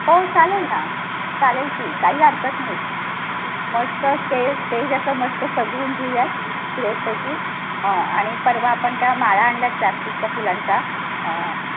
हो चालेल ना चालेल की काही हरकत नाही मस्त स्टेज स्टेज असं मस्त सजवून घेऊयात पैकी हां आणि परवा आपण त्या माळा आणल्यात प्लॅस्टिकच्या फुलांचा